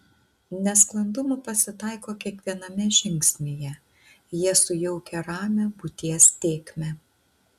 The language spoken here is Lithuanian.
nesklandumų pasitaiko kiekviename žingsnyje jie sujaukia ramią būties tėkmę